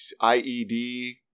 IED